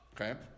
Okay